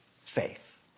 faith